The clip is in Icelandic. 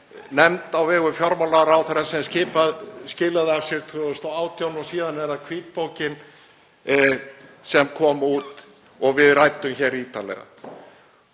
nefnd á vegum fjármálaráðherra sem skilaði af sér 2018 og síðan er það hvítbókin sem kom út og við ræddum hér ítarlega.